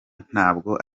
ntabwo